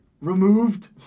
removed